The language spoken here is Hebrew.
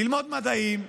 ללמוד מדעים,